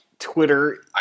twitter